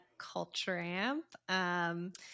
CultureAmp